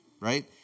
right